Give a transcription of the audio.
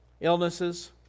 illnesses